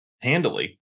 handily